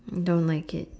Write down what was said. don't like it